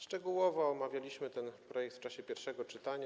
Szczegółowo omawialiśmy ten projekt w czasie pierwszego czytania.